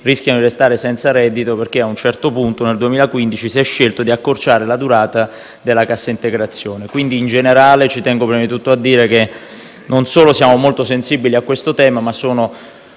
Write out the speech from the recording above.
rischiano di restare senza reddito perché ad un certo punto, nel 2015, si è scelto di accorciare la durata della cassa integrazione. Quindi, in generale, tengo prima di tutto a dire che non solo siamo molto sensibili a questo tema ma sono